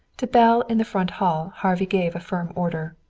to belle in the front hall harvey gave a firm order.